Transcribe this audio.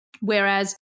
Whereas